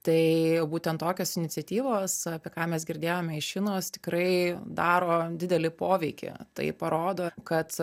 tai būtent tokios iniciatyvos apie ką mes girdėjome iš inos tikrai daro didelį poveikį tai parodo kad